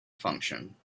function